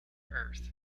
earth